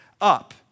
up